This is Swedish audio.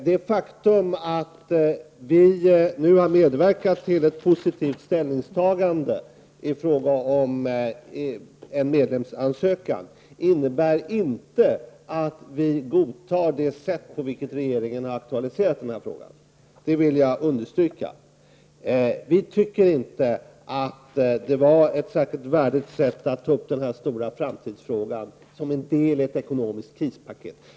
Det faktum att vi nu har medverkat till ett positivt ställningstagande i frågan om en medlemsansökan innebär inte att vi godtar det sätt på vilket regeringen aktualiserat frågan. Det vill jag understryka. Vi tycker inte att det var ett särskilt värdigt sätt att ta upp den här stora framtidsfrågan som en del i ett ekonomiskt krispaket.